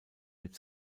mit